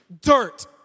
Dirt